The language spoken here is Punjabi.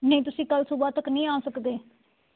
ਨਹੀਂ ਤੁਸੀਂ ਕਲ੍ਹ ਸੂਬਹ ਤੱਕ ਨਹੀਂ ਆ ਸਕਦੇ